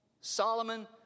Solomon